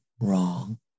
wrong